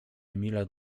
emila